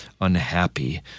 unhappy